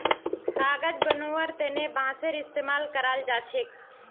कागज बनव्वार तने बांसेर इस्तमाल कराल जा छेक